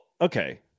okay